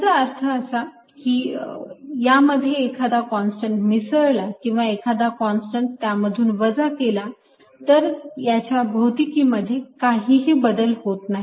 याचा अर्थ असा की मी यामध्ये एखादा कॉन्स्टंट मिसळला किंवा एखादा कॉन्स्टंट त्यामधून वजा केला तर याच्या भौतिकीमध्ये काहीही बदल होत नाही